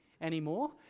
anymore